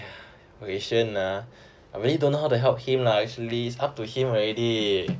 !aiya! wei xuan ah I really don't know how to help him lah actually it's up to him already